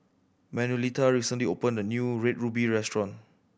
Manuelita recently opened a new Red Ruby restaurant